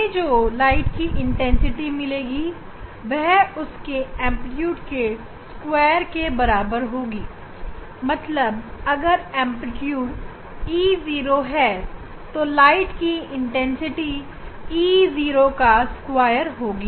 हमें जो प्रकाश की तीव्रता मिलेगी वह उसके एंप्लीट्यूड के स्क्वायर के बराबर होगी मतलब अगर एंप्लीट्यूड e 0 है तो प्रकाश की तीव्रता e 0 का स्क्वायर होगी